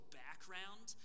background